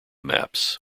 maps